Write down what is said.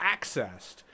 accessed